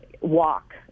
walk